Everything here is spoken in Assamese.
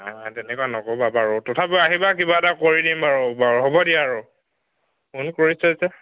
নাই তেনেকুৱা নকবা বাৰু তথাপি আহিবা কিবা এটা কৰি দিম বাৰু বাৰু হ'ব দিয়া আৰু ফোন কৰিছা যে